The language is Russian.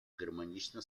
гармонично